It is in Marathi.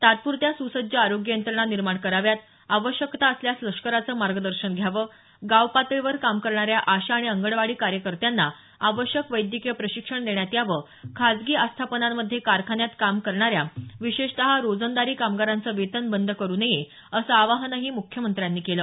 तात्पुरत्या सुसज्ज आरोग्य यंत्रणा निर्माण कराव्यात आवश्यकता असल्यास लष्कराचं मार्गदर्शन घ्यावं गावपातळीवर काम करणाऱ्या आशा आणि अंगणवाडी कार्यकर्त्यांना आवश्यक वैद्यकीय प्रशिक्षण देण्यात यावं खाजगी आस्थापनांमध्ये कारखान्यात काम करणाऱ्या विशेषत रोजंदारी कामगारांचे वेतन बंद करू नये असं आवाहनही त्यांनी केलं